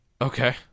Okay